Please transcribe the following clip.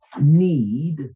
need